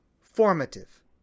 formative